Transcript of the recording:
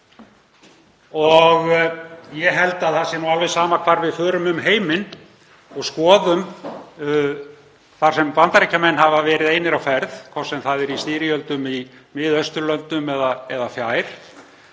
Ég held að það sé alveg sama hvar við förum um heiminn og skoðum þar sem Bandaríkjamenn hafa verið einir á ferð, hvort sem það er í styrjöldum í Miðausturlöndum eða fjær,